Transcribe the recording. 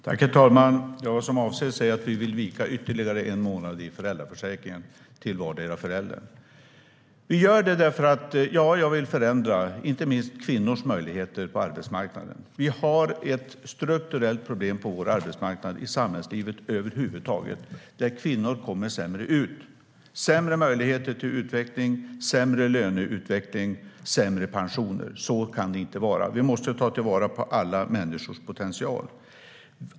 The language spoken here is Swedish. Herr talman! Det som avses är att vi vill vika ytterligare en månad i föräldraförsäkringen till vardera föräldern. Vi gör det för att vi vill förändra - ja, jag vill förändra - inte minst kvinnors möjligheter på arbetsmarknaden. Vi har ett strukturellt problem på vår arbetsmarknad och i samhällslivet över huvud taget där kvinnor kommer sämre ut. De har sämre möjligheter till utveckling - sämre löneutveckling, sämre pensioner. Så kan det inte få vara. Vi måste ta till vara alla människors potential.